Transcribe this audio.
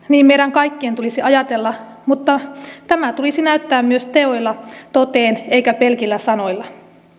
niin meidän kaikkien tulisi ajatella mutta tämä tulisi näyttää myös teoilla toteen eikä pelkillä sanoilla